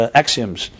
axioms